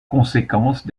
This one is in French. conséquence